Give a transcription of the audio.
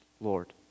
Lord